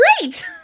great